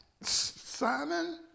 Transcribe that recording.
Simon